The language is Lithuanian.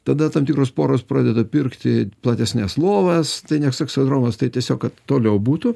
tada tam tikros poros pradeda pirkti platesnes lovas tai ne seksodromas tai tiesiog kad toliau būtų